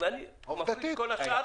וכל השאר